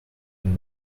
him